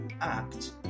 act